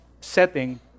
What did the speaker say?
setting